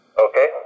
Okay